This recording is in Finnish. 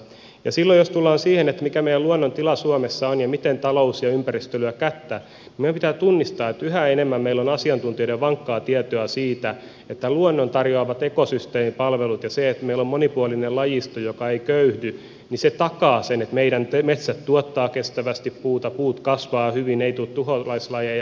silloin jos tullaan siihen mikä meidän luontomme tila suomessa on ja miten talous ja ympäristö lyövät kättä niin meidän pitää tunnistaa että yhä enemmän meillä on asiantuntijoiden vankkaa tietoa siitä että luonnon tarjoamat ekosysteemipalvelut ja se että meillä on monipuolinen lajisto joka ei köyhdy takaa sen että meidän metsämme tuottavat kestävästi puuta puut kasvavat hyvin ei tule tuholaislajeja